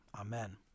Amen